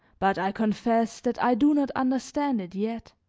but i confess that i do not understand it yet.